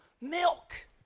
milk